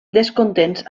descontents